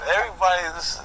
Everybody's